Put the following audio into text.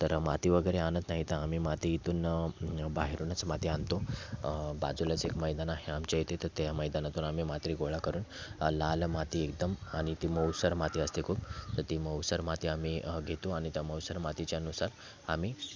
तर माती वगैरे आणत नाहीत आम्ही माती इथून बाहेरूनच माती आणतो बाजूलाच एक मैदान आहे आमच्या इथे तर त्या मैदानातून आम्ही माती गोळा करून लाल माती एकदम आणि ती मऊसर माती असते खूप तर ती मऊसर माती आम्ही घेतो आणि त्या मऊसर मातीच्यानुसार आम्ही